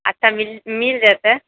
एतऽ मिल जेतै